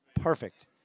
perfect